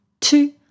two